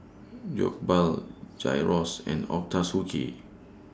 Jokbal Gyros and Ochazuke